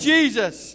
Jesus